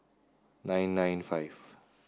nine nine five